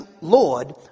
Lord